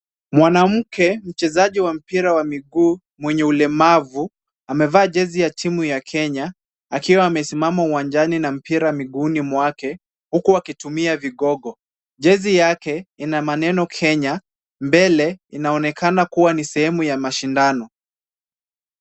Mwanamke mchezaji wa mpira wa miguu mwenye ulemavu amevaa jezi ya timu ya Kenya akiwa amesimama uwanjani na mpira miguuni mwake akiwa anatumia magongo. Jezi yake ina maneno Kenya mbele inaonekana kuwa ni sehemu ya mashindano.